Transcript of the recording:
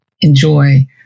enjoy